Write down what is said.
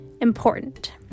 important